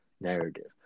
narrative